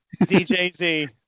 DJZ